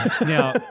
Now